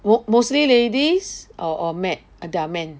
mo~ mostly ladies or or mat there are men